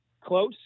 close